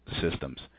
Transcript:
systems